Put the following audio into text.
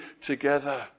together